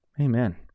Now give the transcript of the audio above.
Amen